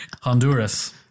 Honduras